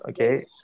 okay